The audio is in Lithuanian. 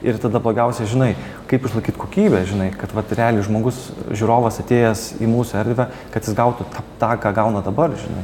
ir tada blogiausia žinai kaip išlaikyt kokybę žinai kad vat realiai žmogus žiūrovas atėjęs į mūsų erdvę kad jis gautų tą tą ką gauna dabar žinai